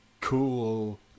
cool